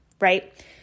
right